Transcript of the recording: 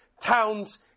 towns